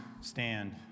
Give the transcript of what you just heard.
stand